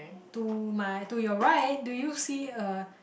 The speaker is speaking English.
to my to your right do you see a